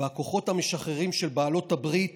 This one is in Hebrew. והכוחות המשחררים של בעלות הברית